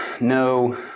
No